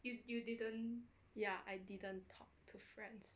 ya I didn't talk to friends